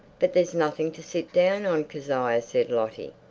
but there's nothing to sit down on, kezia, said lottie.